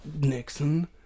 Nixon